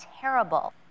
terrible